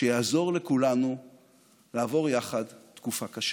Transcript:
שיעזור לכולנו לעבור יחד תקופה קשה.